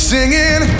Singing